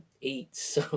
eats